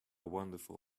wonderful